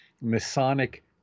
masonic